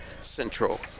Central